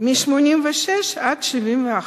מ-86% ל-71%.